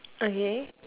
okay